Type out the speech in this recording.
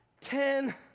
ten